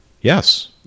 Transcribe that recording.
yes